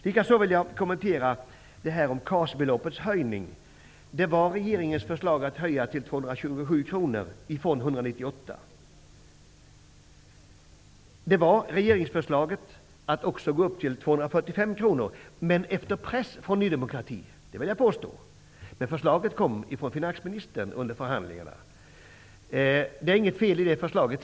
Vidare vill jag kommentera KAS-beloppets höjning. Regeringens förslag var att höja det från 198 kr till 227 kr. Regeringsförslaget var också att höja det till 245 kr, efter press från Ny demokrati -- det vill jag påstå, även om förslaget kom från finansministern under förhandlingarna. Det är inget fel i förslaget.